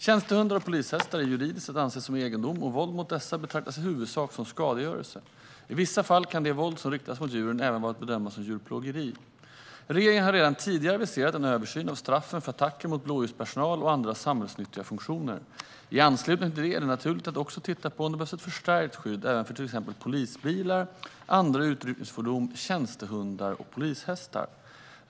Tjänstehundar och polishästar är juridiskt att anse som egendom, och våld mot dessa betraktas i huvudsak som skadegörelse. I vissa fall kan det våld som riktas mot djuren även vara att bedöma som djurplågeri. Regeringen har redan tidigare aviserat en översyn av straffen för attacker mot blåljuspersonal och andra samhällsnyttiga funktioner. I anslutning till det är det naturligt att också titta på om det behövs ett förstärkt skydd även för till exempel polisbilar, andra utryckningsfordon, tjänstehundar och polishästar.